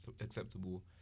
acceptable